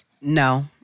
No